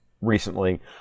recently